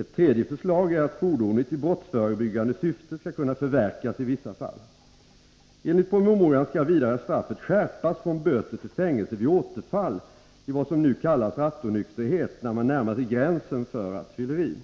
Ett tredje förslag är att fordonet i brottsförebyggande syfte skall kunna förverkas i vissa fall. Enligt promemorian skall vidare straffet skärpas från böter till fängelse vid återfall i vad som nu kallas rattonykterhet, när man närmar sig gränsen för rattfylleri.